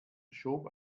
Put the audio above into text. schob